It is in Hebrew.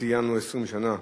ציינו 20 שנה,